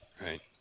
Right